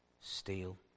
steal